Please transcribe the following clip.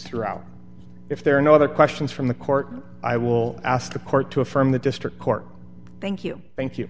throughout if there are no other questions from the court i will ask the court to affirm the district court thank you thank